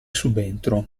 subentro